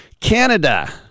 Canada